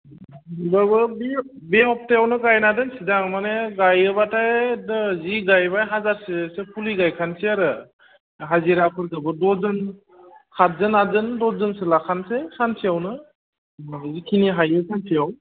बे सप्तायावनो गायना दोनसै दां माने गायोब्लाथाय जि गायबाय हाजारसेसो फुलि गायखासै आरो हाजिराफोरखोबो दसजोन सातजोन आठजोन दसजोनसो लाखासै सानसेयावनो जिखिनि हायो सानसेयाव